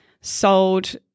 sold –